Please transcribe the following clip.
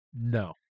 No